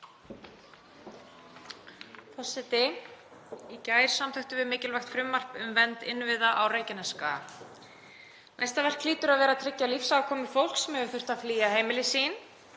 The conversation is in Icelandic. Forseti. Í gær samþykktum við mikilvægt frumvarp um vernd innviða á Reykjanesskaga. Næsta verk hlýtur að vera að tryggja lífsafkomu fólks sem hefur þurft að flýja heimili sín.